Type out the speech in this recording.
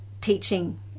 teaching